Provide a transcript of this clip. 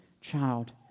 child